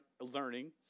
learning